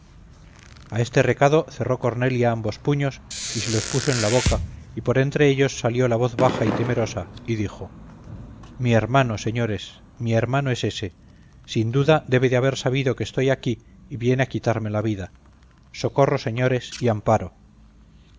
a este recado cerró cornelia ambos puños y se los puso en la boca y por entre ellos salió la voz baja y temerosa y dijo mi hermano señores mi hermano es ése sin duda debe de haber sabido que estoy aquí y viene a quitarme la vida socorro señores y amparo